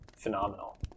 phenomenal